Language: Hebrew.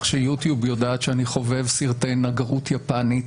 שיוטיוב יודעת שאני חובב סרטי נגרות יפנית